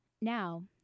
Now